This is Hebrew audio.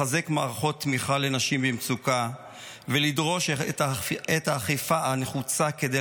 לחזק מערכות תמיכה לנשים במצוקה ולדרוש את האכיפה הנחוצה כדי